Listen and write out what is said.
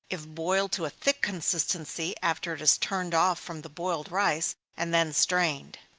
if boiled to a thick consistency after it is turned off from the boiled rice, and then strained.